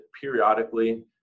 periodically